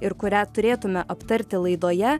ir kurią turėtume aptarti laidoje